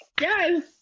Yes